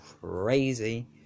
crazy